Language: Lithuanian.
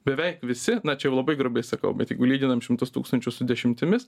beveik visi na čia jau labai grubiai sakau bet jeigu lyginam šimtus tūkstančių su dešimtimis